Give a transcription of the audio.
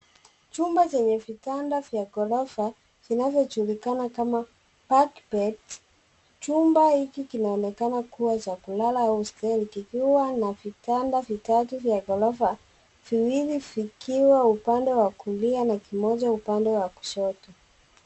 Chumba chenye vitanda vya ghorofa vinavyojulikana kama bunk beds chumba hiki kinaonekana kuwa cha kulala au hosteli kikiwa na vitanda vitatu vya ghorofa viwili vikiwa upande wa kulia na kimoja upande wa kushoto.